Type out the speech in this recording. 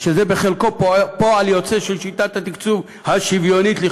בחלקם פועל יוצא של שיטת התקצוב השוויונית-לכאורה,